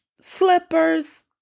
slippers